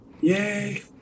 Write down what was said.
Yay